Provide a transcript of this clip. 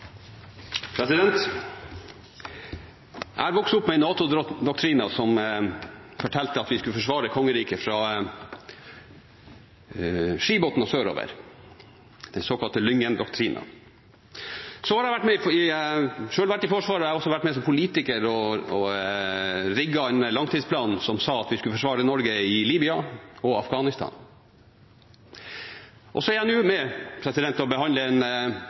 Jeg har vokst opp med en NATO-doktrine som fortalte at vi skulle forsvare kongeriket fra Skibotn og sørover, den såkalte Lyngen-doktrinen. Jeg har selv vært i Forsvaret, og jeg har også vært med som politiker og rigget en langtidsplan som sa at vi skulle forsvare Norge i Libya og Afghanistan. Og nå er jeg med og behandler en